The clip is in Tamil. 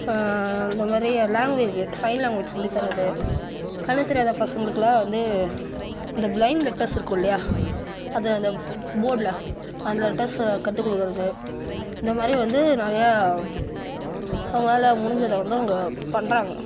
இந்த மாதிரி லேங்குவேஜ் சைடு லேங்குவேஜ் சொல்லி தர்றது கண்ணு தெரியாத பசங்களுக்குல்லாம் வந்து இந்த பிலைம் லெட்டர்ஸ் இருக்கும் இல்லையா அதை அந்த போர்டில் அந்த லெட்டர்ஸ் கற்றுக்குடுக்குறது இந்த மாதிரி வந்து நிறையா அவங்களால முடிஞ்சதை வந்து அவங்க பண்ணுறாங்க